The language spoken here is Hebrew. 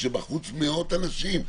כשבחוץ מאות אנשים.